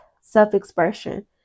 self-expression